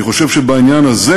אני חושב שבעניין הזה